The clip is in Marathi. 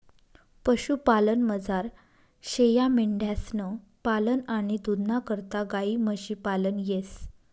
पशुपालनमझार शेयामेंढ्यांसनं पालन आणि दूधना करता गायी म्हशी पालन येस